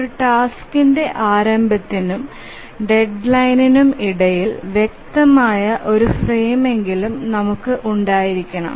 ഒരു ടാസ്ക്കിന്റെ ആരംഭത്തിനും ഡെഡ്ലൈനിനും ഇടയിൽ വ്യക്തമായ ഒരു ഫ്രെയിമെങ്കിലും നമുക്ക് ഉണ്ടായിരിക്കണം